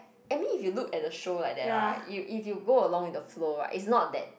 I mean if you look at the show like that right you you go along with the flow right it's not that